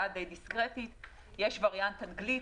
די דיסקרטית יש וריאנט אנגלי,